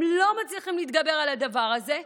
הם לא מצליחים להתגבר על הדבר הזה,